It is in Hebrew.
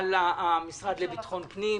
מנכ"ל המשרד לביטחון פנים,